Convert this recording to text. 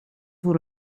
voor